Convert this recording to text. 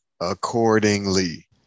accordingly